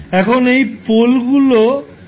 এখন এই পোল গুলো স্বতন্ত্র